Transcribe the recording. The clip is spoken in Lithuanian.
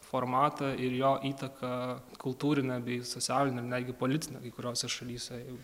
formatą ir jo įtaką kultūrinę bei socialinę netgi policininkai kuriose šalyse jau